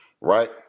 right